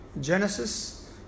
Genesis